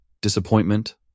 Disappointment